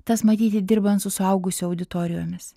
tas matyti dirbant su suaugusių auditorijomis